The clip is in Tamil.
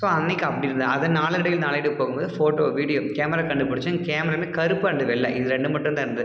ஸோ அன்றைக்கு அப்படி இருந்தது அது நாளடைவில் நாளடைவு போகும் போது ஃபோட்டோ வீடியோ கேமரா கண்டுபிடித்தும் கேமராவுமே கருப்பு அண்டு வெள்ளை இது ரெண்டு மட்டும் தான் இருந்தது